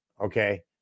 Okay